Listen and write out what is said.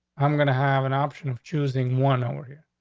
i'm going to have an option of choosing one over here,